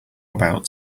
about